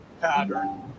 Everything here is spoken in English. pattern